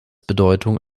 bedeutung